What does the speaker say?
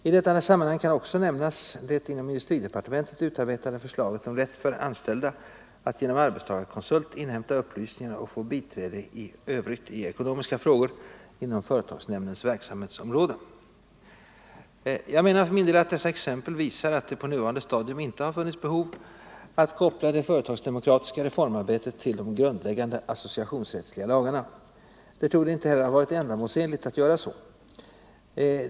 I detta sammanhang kan också nämnas det inom industridepartementet utarbetade förslaget om rätt för de anställda att genom arbetstagarkonsult inhämta upplysningar och få biträde i övrigt i ekonomiska frågor inom företagsnämndens verksamhetsområde. Dessa exempel visar, menar jag, att det på nuvarande stadium inte funnits behov att koppla det företagsdemokratiska reformarbetet till de 73 grundläggande associationsrättsliga lagarna. Det torde inte heller ha varit ändamålsenligt att förfara så.